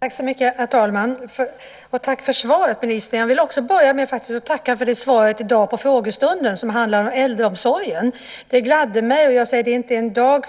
Herr talman! Tack för svaret ministern. Jag vill också börja med att tacka för svaret i frågestunden i dag som handlade om äldreomsorgen. Det gladde mig. Det är inte en dag